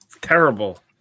terrible